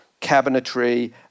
cabinetry